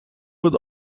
would